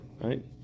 right